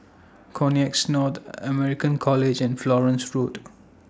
Connexis North American College and Florence Road